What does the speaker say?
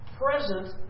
Present